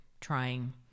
trying